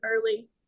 early